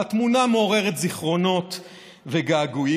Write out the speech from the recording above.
אבל התמונה מעוררת זיכרונות וגעגועים.